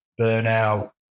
burnout